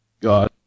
God